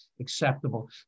acceptable